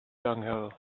dunghill